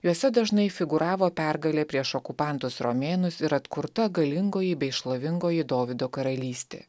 juose dažnai figūravo pergalė prieš okupantus romėnus ir atkurta galingoji bei šlovingoji dovydo karalystė